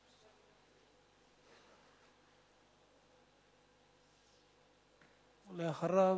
אחריו,